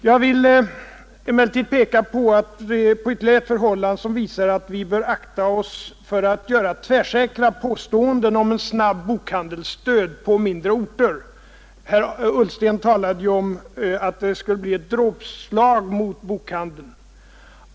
Jag vill emellertid peka på ytterligare ett förhållande som visar att vi bör akta oss för att göra tvärsäkra påståenden om en snabb bokhandelsdöd på mindre orter — herr Ullsten talade ju om att det skulle bli ett dråpslag mot bokhandeln.